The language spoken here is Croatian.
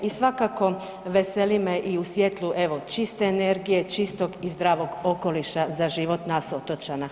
I svakako veseli me i u svijetlu, evo čiste energije, čistog i zdravog okoliša za život nas otočana.